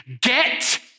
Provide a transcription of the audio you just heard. Get